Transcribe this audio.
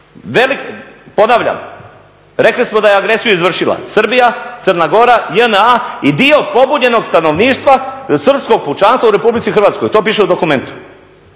rata. Ponavljam, rekli smo da je agresiju izvršila Srbija, Crna Gora, JNA i dio pobunjenog stanovništva Srpskog pučanstva u RH i to piše u dokumentu